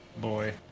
boy